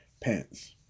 pants